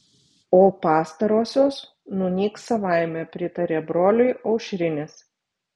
o pastarosios nunyks savaime pritarė broliui aušrinis